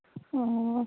ও